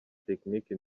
tekinike